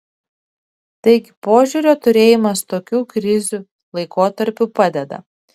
taigi požiūrio turėjimas tokių krizių laikotarpiu padeda